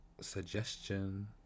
Suggestion